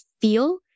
feel